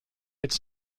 its